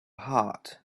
heart